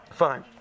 fine